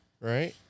right